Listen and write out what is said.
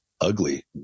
ugly